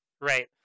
Right